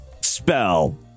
spell